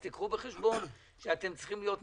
אז תיקחו בחשבון שאתם צריכים להיות מקצוענים,